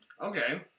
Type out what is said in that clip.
Okay